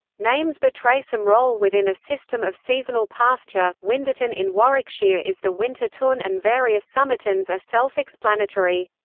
names betray some role within a system of seasonal pasture, winderton in warwickshire is the winter tun and various somertons are self-explanatory.